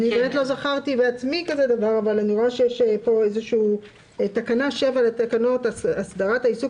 זכרתי בעצמי דבר כזה אבל אני רואה שבתקנה 7 לתקנות הסדרת העיסוק